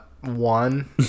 One